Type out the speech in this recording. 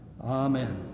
Amen